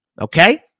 Okay